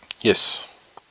Yes